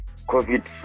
COVID